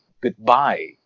goodbye